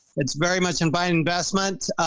it's very much in buying investment.